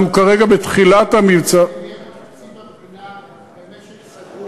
אנחנו כרגע בתחילת המבצע, תקציב המדינה, ההכנסה.